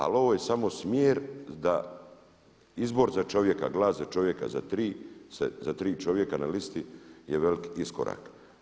Al ovo je samo smjer da izbor za čovjeka, glas za čovjeka i za tri čovjeka na listi je veliki iskorak.